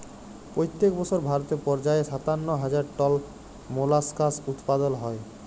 পইত্তেক বসর ভারতে পর্যায়ে সাত্তান্ন হাজার টল মোলাস্কাস উৎপাদল হ্যয়